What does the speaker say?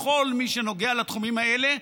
לכל מי שנוגע לתחומים האלה,